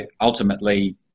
ultimately